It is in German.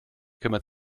kümmert